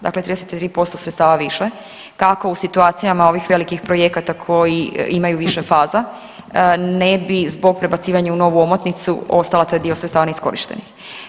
Dakle 33% sredstava više, tako u situacijama ovih velikih projekata koji imaju više faza ne bi zbog prebacivanja u novu omotnicu ostala taj dio sredstava neiskorišten.